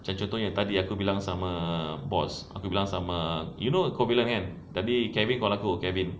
contohnya tadi aku bilang sama boss aku bilang sama you know aku bilangkan tadi kevin call aku kevin